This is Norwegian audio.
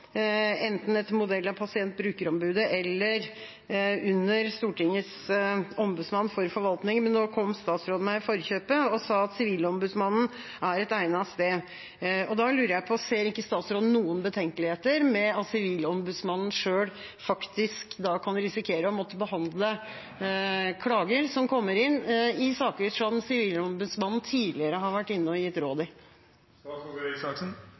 enten etter modell av pasient- og brukerombudet eller under Stortingets ombudsmann for forvaltningen, men nå kom statsråden meg i forkjøpet og sa at Sivilombudsmannen er et egnet sted. Da lurer jeg på: Ser ikke statsråden noen betenkeligheter med at Sivilombudsmannen faktisk da kan risikere å måtte behandle klager som kommer inn i saker som Sivilombudsmannen tidligere har vært inne og gitt råd i?